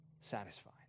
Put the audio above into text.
satisfied